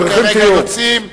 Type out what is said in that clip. והם כרגע יוצאים.